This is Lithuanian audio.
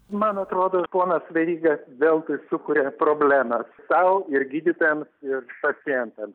man atrodo ponas veryga veltui sukuria problemą sau ir gydytojams ir pacientam